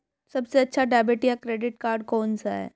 सबसे अच्छा डेबिट या क्रेडिट कार्ड कौन सा है?